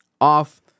off